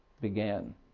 began